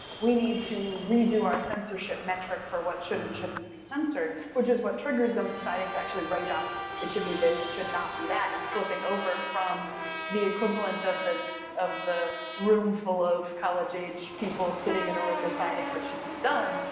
we need to redo our censorship metric for what should and shouldn't be censored, which is what triggers them deciding to actually write up it should be this, it should not be that and flipping over from the equivalent of the the room full of college-aged people sitting in a room deciding what should be done,